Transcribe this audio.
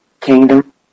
Kingdom